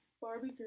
Barbie